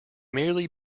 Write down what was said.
merely